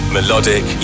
Melodic